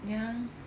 ya